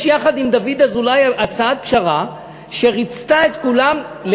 יחד עם דוד אזולאי הצעת פשרה שריצתה את כולם,